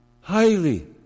highly